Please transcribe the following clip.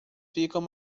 ficam